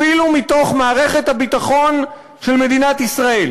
אפילו מתוך מערכת הביטחון של מדינת ישראל